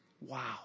Wow